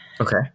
Okay